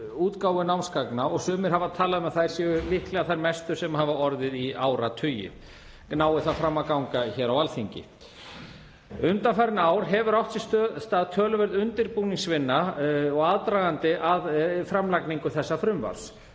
útgáfu námsgagna og sumir hafa talað um að þær séu líklega þær mestu sem hafa orðið í áratugi, nái frumvarpið fram að ganga á Alþingi. Undanfarin ár hefur átt sér stað töluverð undirbúningsvinna og aðdragandi að framlagningu þessa frumvarps